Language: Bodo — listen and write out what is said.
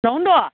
न'आवनो दं